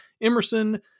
Emerson